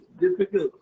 difficult